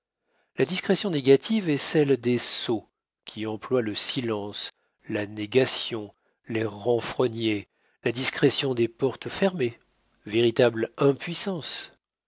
la discrétion négative est celle des sots qui emploient le silence la négation l'air renfrogné la discrétion des portes fermées véritable impuissance